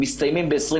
מסתיימים ב-20,